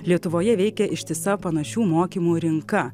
lietuvoje veikia ištisa panašių mokymų rinka